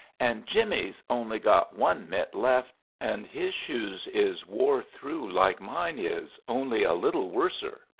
and jimmies only gott one mitt left and his shues is wore throo like mine is only a little worser,